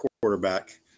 quarterback